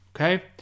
Okay